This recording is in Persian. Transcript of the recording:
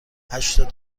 هشتاد